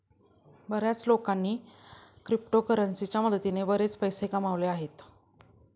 बर्याच लोकांनी क्रिप्टोकरन्सीच्या मदतीने बरेच पैसे कमावले आहेत